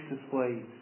displays